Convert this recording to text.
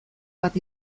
bat